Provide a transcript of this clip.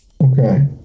Okay